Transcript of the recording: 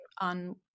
on